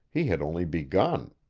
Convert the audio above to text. he had only begun.